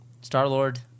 Star-Lord